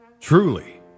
Truly